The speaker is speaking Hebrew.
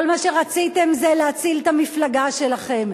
כל מה שרציתם זה להציל את המפלגה שלכם,